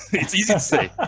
it's easy to say.